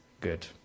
good